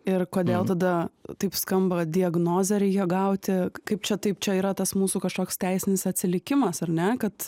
ir kodėl tada taip skamba diagnozę reikia gauti kaip čia taip čia yra tas mūsų kažkoks teisinis atsilikimas ar ne kad